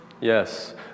Yes